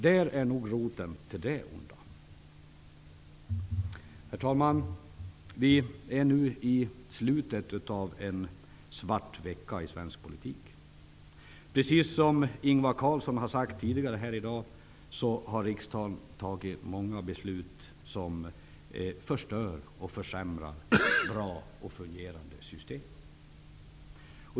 Där har vi nog roten till det onda. Herr talman! Vi är nu i slutet av en svart vecka i svensk politik. Ingvar Carlsson har sagt tidigare i dag att riksdagen har fattat många beslut som förstör och försämrar bra och fungerande system.